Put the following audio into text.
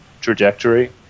trajectory